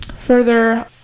Further